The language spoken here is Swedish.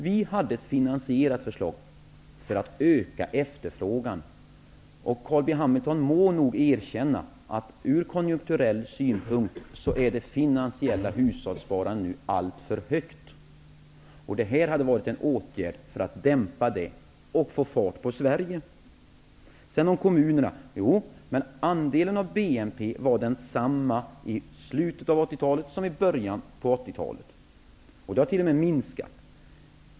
Vi hade ett finansierat förslag för att öka efterfrågan. Carl B Hamilton må nog erkänna att ur konjunkturell synpunkt är det finansiella hushållssparandet nu alltför högt. Detta hade varit en åtgärd för att dämpa det och få fart på Sverige. densamma i slutet av 80-talet som i början av 80 talet. Den har t.o.m. minskat.